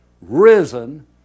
risen